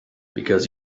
because